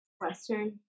Western